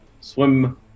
swim